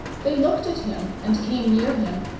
they looked at him, and came near him,